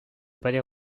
palais